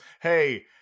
hey